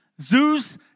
zoos